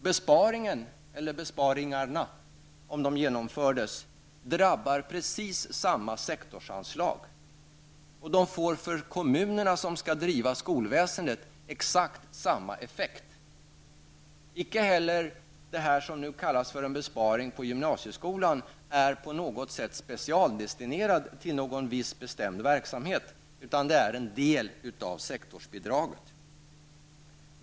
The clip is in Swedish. Besparingen eller besparingarna om de genomförs drabbar precis samma sektorsanslag, och de får exakt samma effekt för de kommuner som skall driva skolväsendet. Icke heller det som nu kallas för en besparing på gymnasieskolan är på något sätt specialdestinerat till någon viss bestämd verksamhet, utan det är en del av sektorsbidraget.